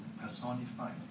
personified